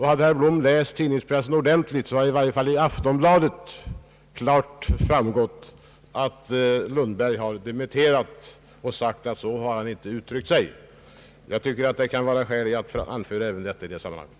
Hade herr Blom läst tidningarna ordentligt så har det i varje fall i Aftonbladet klart framgått att Lundberg har dementerat att han skulle ha uttryckt sig så. Jag tycker det finns skäl att anföra även detta i sammanhanget.